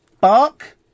Bark